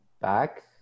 back